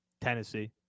Tennessee